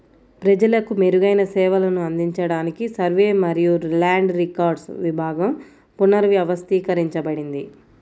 ప్రజలకు మెరుగైన సేవలను అందించడానికి సర్వే మరియు ల్యాండ్ రికార్డ్స్ విభాగం పునర్వ్యవస్థీకరించబడింది